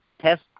test